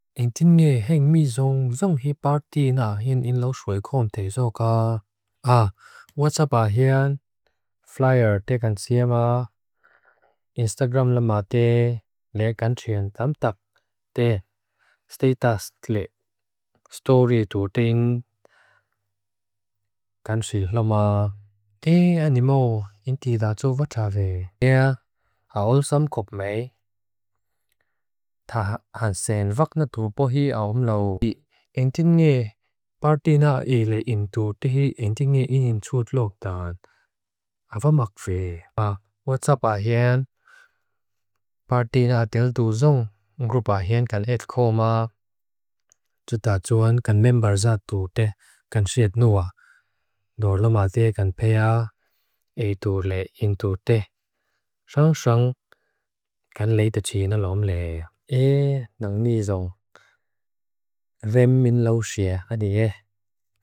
En tinne heng mi zung zung hipartina hen eno suekon te soka. Ah, whatsapp ahen, flyer tegan tsema. Instagram lama te, legan tion tam tak. Te, status clip, story tu ting. Kan si loma. Te animo, en tida tu vatave. Tia, haosam kopmei. Tahansen vaknatupohi awamlawi. En tinne, partina ei le in tu tehi, en tinne inin tsut lok dan. Avamakve. Ah, whatsapp ahen. Partina tel tu zung. Ngrup ahen kan etkoma. Juta tun, kan membarza tu te. Kan siet nua. Loma tegan pea. Ei tu le in tu te. Sangsang. Kan lei tachina lom le. Eh, nang ni zung. Ven min lau she. Adieh.